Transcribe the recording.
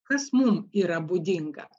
kas mum yra būdinga